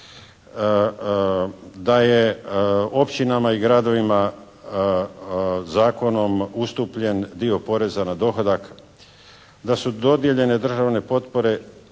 Da je općinama i gradovima zakonom ustupljen dio poreza na dohodak. Da su dodijeljene državne potpore